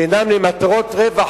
שאינם למטרות רווח,